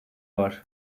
var